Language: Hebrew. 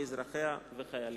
באזרחיה ובחייליה.